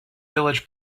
village